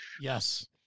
yes